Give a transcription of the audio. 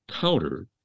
counter